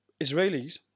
Israelis